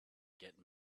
get